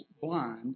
blind